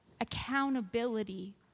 accountability